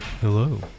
hello